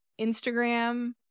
instagram